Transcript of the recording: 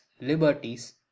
liberties